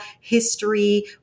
history